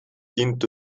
into